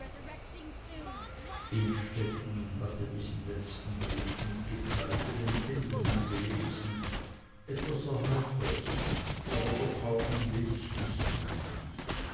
innstetten hatte diesen letzten brief mit geteilten empfindungen gelesen etwas erheitert aber doch auch ein wenig mißmutig